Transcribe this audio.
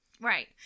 Right